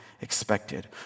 expected